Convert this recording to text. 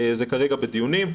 זה כרגע בדיונים.